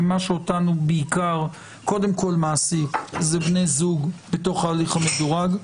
מה שאותנו קודם כול מעסיק זה בני זוג בהליך המדורג,